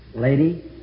Lady